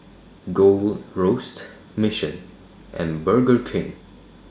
Gold Roast Mission and Burger King